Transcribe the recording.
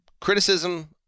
criticism